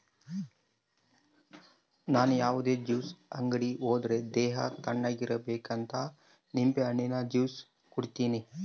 ನನ್ ಯಾವುದೇ ಜ್ಯೂಸ್ ಅಂಗಡಿ ಹೋದ್ರೆ ದೇಹ ತಣ್ಣುಗಿರಬೇಕಂತ ನಿಂಬೆಹಣ್ಣಿನ ಜ್ಯೂಸೆ ಕುಡೀತೀನಿ